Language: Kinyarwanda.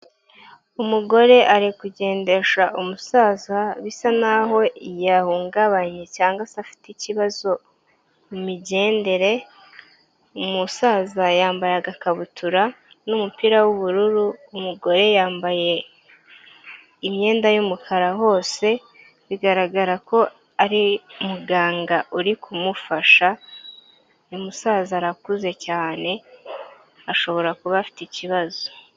Umugore ari kugendesha umusaza bisa naho yahungabanye cyangwa se afite ikibazo mu migendere, umusaza yambaye agakabutura n'umupira w'ubururu, umugore yambaye imyenda y'umukara hose bigaragara ko ari muganga uri kumufasha, uyu musaza arakuze cyane ashobora kuba afite ikibazo.